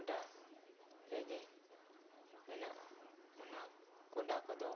ᱜᱚᱰᱟ ᱨᱮᱜᱮ ᱢᱮᱱᱟᱜᱼᱟ ᱚᱱᱟ ᱜᱚᱰᱟ ᱠᱚᱫᱚ